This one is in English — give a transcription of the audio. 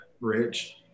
rich